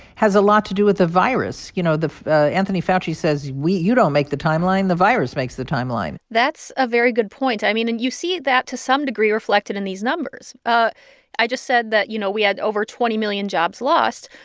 has a lot to do with the virus. you know, ah anthony fauci says we you don't make the timeline. the virus makes the timeline that's a very good point. i mean, and you see that to some degree reflected in these numbers. ah i just said that, you know, we had over twenty million jobs lost.